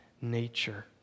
nature